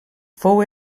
fou